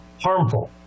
harmful